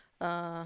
uh